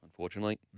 Unfortunately